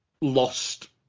lost